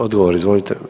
Odgovor izvolite.